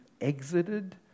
exited